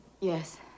yes